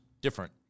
different